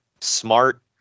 smart